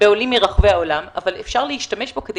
בעולים מרחבי העולם אפשר להשתמש בו כדי